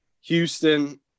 Houston